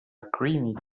creamy